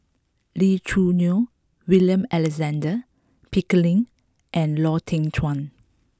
Lee Choo Neo William Alexander Pickering and Lau Teng Chuan